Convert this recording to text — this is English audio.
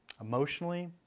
emotionally